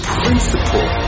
principle